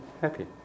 happy